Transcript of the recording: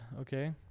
Okay